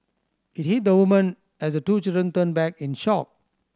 it hit the woman as the two children turned back in shock